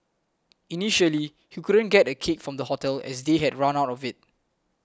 initially he couldn't get a cake from the hotel as they had run out of it